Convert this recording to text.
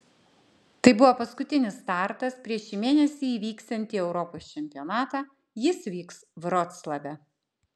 tai buvo paskutinis startas prieš šį mėnesį įvyksiantį europos čempionatą jis vyks vroclave